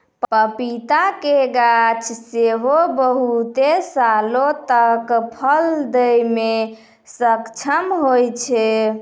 पपीता के गाछ सेहो बहुते सालो तक फल दै मे सक्षम होय छै